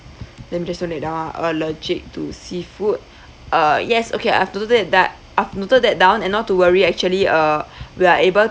let me just note that down ah allergic to seafood uh yes okay I've noted that I've noted that down and not to worry actually uh we are able